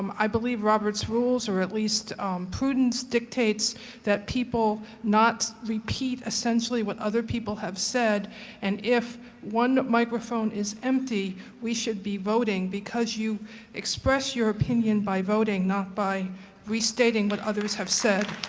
um i believe roberts rules or at least prudence dictates that people not repeat essentially what other people have said and if one microphone is empty, we should be voting, because you express your opinion by voting, thought by restating what others have said.